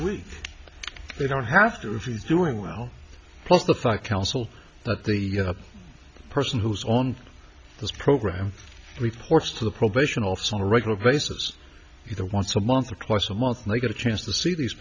test they don't have to if he's doing well plus the fact counsel but the person who's on this program reports to the probation office on a regular basis either once a month or close a month may get a chance to see these